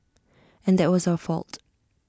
and that was our fault